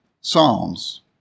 Psalms